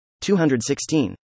216